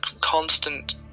constant